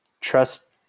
trust